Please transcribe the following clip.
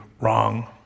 Wrong